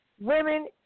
Women